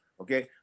Okay